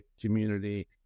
community